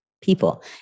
people